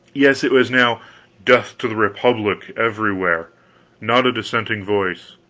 yes, it was now death to the republic! everywhere not a dissenting voice.